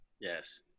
yes